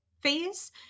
phase